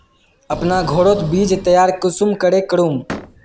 अपना घोरोत बीज तैयार कुंसम करे करूम?